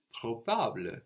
Probable